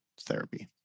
therapy